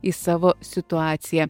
į savo situaciją